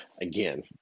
again